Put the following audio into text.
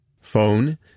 Phone